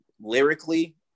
lyrically